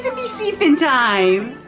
and be sleeping time